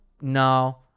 No